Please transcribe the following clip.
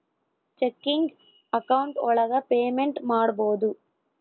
checking account ಒಳಗ payment ಮಾಡ್ಬೋದು